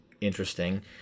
interesting